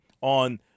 on